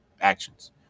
actions